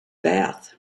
bath